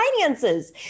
finances